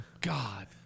God